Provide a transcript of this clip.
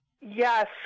Yes